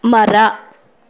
ಮರ